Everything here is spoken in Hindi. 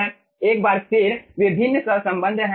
अब एक बार फिर विभिन्न सहसंबंध हैं